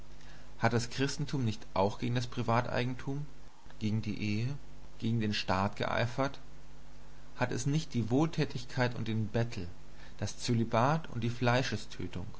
hat das christentum nicht auch gegen das privateigentum gegen die ehe gegen die staat geeifert hat es nicht die wohltätigkeit und den bettel das zölibat und die